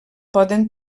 poden